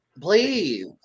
Please